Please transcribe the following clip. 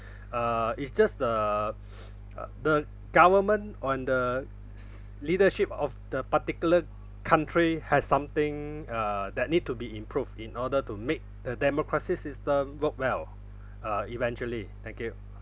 uh it's just the ugh the government on the s~s~ leadership of the particular country has something uh that need to be improved in order to make the democracy system work well uh eventually thank you